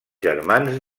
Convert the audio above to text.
germans